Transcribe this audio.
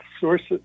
sources